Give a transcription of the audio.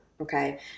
Okay